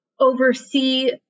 oversee